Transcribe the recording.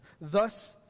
Thus